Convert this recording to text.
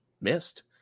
missed